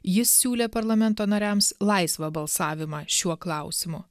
jis siūlė parlamento nariams laisvą balsavimą šiuo klausimu